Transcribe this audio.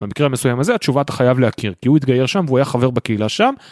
במקרה מסוים הזה התשובה אתה חייב להכיר כי הוא התגייר שם והוא היה חבר בקהילה שם